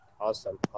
Awesome